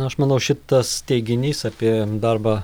aš manau šitas teiginys apie darbą